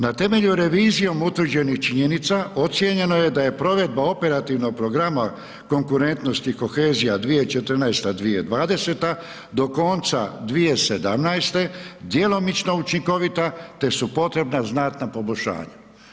Na temeljom revizijom utvrđenih činjenica, ocijenjeno je da je provedba operativnog programa konkurentnosti i kohezija 2014.-2020. do konca 2017. djelomično učinkovita, te su potrebna znatna poboljšanja.